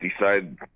decide